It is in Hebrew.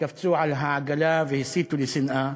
שקפצו על העגלה והסיתו לשנאה.